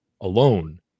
alone